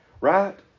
right